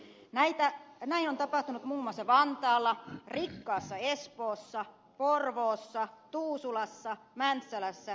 näin on tapahtunut muun muassa vantaalla rikkaassa espoossa porvoossa tuusulassa mäntsälässä ja kokemäellä